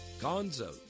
Gonzo